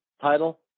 title